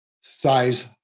size